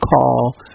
call